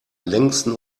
längsten